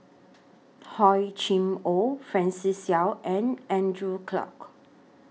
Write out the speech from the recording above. Hor Chim Or Francis Seow and Andrew Clarke